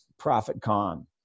ProfitCon